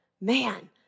Man